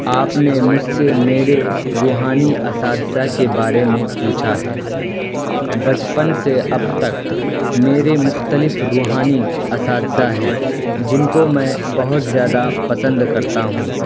آپ نے مجھ سے میرے روحانی اساتذہ کے بارے میں پوچھا ہے بچپن سے اب تک میرے مختلف روحانی اساتذہ ہیں جن کو میں بہت زیادہ پسند کرتا ہوں